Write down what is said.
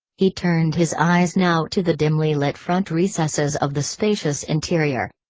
he turned his eyes now to the dimly lit front recesses of the spacious interior.